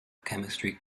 chemistry